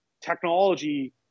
technology